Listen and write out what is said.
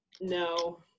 no